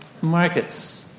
Markets